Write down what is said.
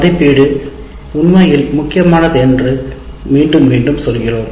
மதிப்பீடு உண்மையில் முக்கியமானது என்று மீண்டும் மீண்டும் சொல்கிறோம்